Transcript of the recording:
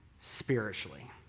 spiritually